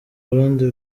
burundi